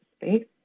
space